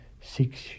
six